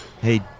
Hey